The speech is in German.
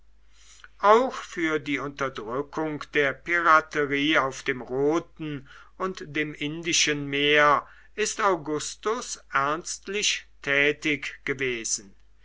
auch für die unterdrückung der piraterie auf dem roten und dem indischen meer ist augustus ernstlich tätig gewesen